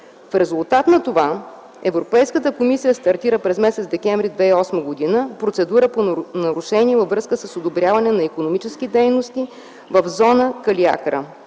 В резултат на това Европейската комисия през м. декември 2008 г. стартира процедура по нарушение във връзка с одобряване на икономически дейности в зона „Калиакра”.